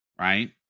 right